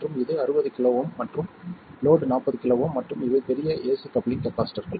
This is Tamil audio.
மற்றும் இது 60 kΩ மற்றும் லோட் 40 kΩ மற்றும் இவை பெரிய ஏசி கப்ளிங் கப்பாசிட்டர்கள்